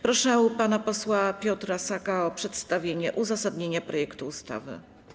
Proszę pana posła Piotra Saka o przedstawienie uzasadnienia projektu ustawy.